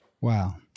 Wow